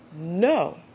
No